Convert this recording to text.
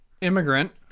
immigrant